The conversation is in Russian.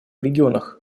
регионах